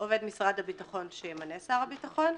עובד משרד הביטחון שימנה שר הביטחון,